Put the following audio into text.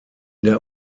der